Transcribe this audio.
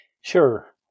Sure